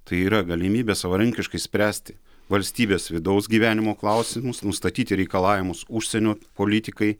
tai yra galimybė savarankiškai spręsti valstybės vidaus gyvenimo klausimus nustatyti reikalavimus užsienio politikai